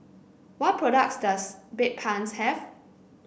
what products does Bedpans have